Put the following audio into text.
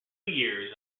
years